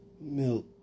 milk